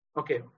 okay